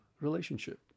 relationship